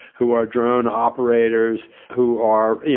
who are drone operators, who are, you